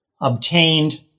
obtained